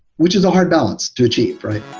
which is a hard balance to achieve, right?